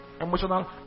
emotional